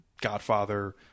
Godfather